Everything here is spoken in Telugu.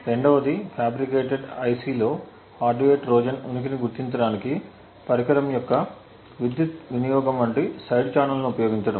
రెండవది ఫ్యాబ్రికేటెడ్ ఐసిలో హార్డ్వేర్ ట్రోజన్ ఉనికిని గుర్తించడానికి పరికరం యొక్క విద్యుత్ వినియోగం వంటి సైడ్ ఛానెల్లను ఉపయోగించడం